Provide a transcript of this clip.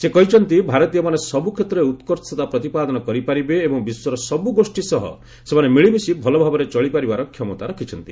ସେ କହିଛନ୍ତି ଭାରତୀୟମାନେ ସବୁ କ୍ଷେତ୍ରରେ ଉତ୍କର୍ଷତା ପ୍ରତିପାଦନ କରିପାରିବେ ଏବଂ ବିଶ୍ୱର ସବ୍ ଗୋଷ୍ଠୀ ସହ ସେମାନେ ମିଳିମିଶି ଭଲ ଭାବରେ ଚଳି ପାରିବାର କ୍ଷମତା ରଖିଛନ୍ତି